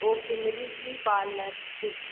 okay middle की parlour ठीक है